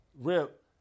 rip